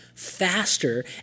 faster